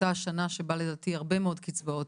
שהייתה השנה שבה, לדעתי, הרבה מאוד קצבאות